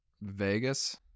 Vegas